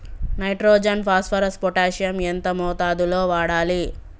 Nitrogen phosphorus potassium ఎంత మోతాదు లో వాడాలి?